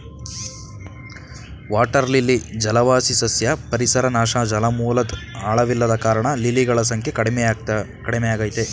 water lily ಜಲವಾಸಿ ಸಸ್ಯ ಪರಿಸರ ನಾಶ ಜಲಮೂಲದ್ ಆಳವಿಲ್ಲದ ಕಾರಣ ಲಿಲಿಗಳ ಸಂಖ್ಯೆ ಕಡಿಮೆಯಾಗಯ್ತೆ